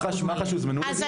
מח"ש הוזמנו לדיון.